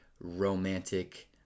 romantic